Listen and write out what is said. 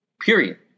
period